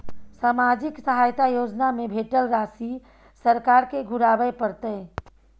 सामाजिक सहायता योजना में भेटल राशि सरकार के घुराबै परतै?